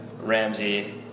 Ramsey